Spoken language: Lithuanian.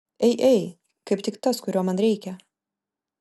ei ei kaip tik tas kurio man reikia